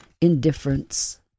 indifference